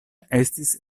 estis